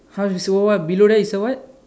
how you so what below that is a what